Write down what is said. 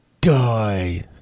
die